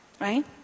Right